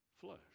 flesh